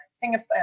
Singapore